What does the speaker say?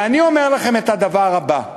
ואני אומר לכם את הדבר הבא: